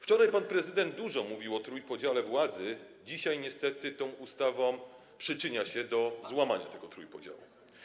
Wczoraj pan prezydent dużo mówił o trójpodziale władzy, dzisiaj niestety tą ustawą przyczynia się do złamania tego trójpodziału.